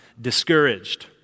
discouraged